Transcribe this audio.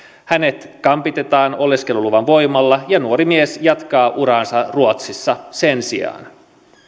hänet kampitetaan oleskeluluvan voimalla ja nuori mies jatkaa uraansa ruotsissa sen sijaan